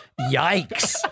Yikes